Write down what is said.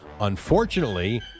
Unfortunately